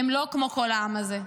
הם לא כמו כל העם הזה.